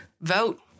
Vote